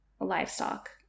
livestock